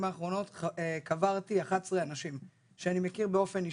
האחרונות קברתי 11 אנשים שאני מכיר באופן אישי,